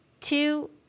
two